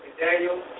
Daniel